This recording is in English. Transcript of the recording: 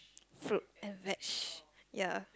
fruit and veg ya